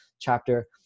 chapter